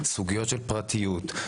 סוגיות של פרטיות,